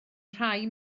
rhai